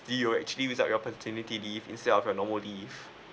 you will actually use up your paternity leave instead of your normal leave